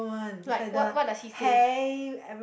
like what what does he say